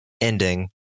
ending